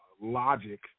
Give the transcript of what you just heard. logic